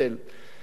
ולכן,